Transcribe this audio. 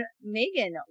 Megan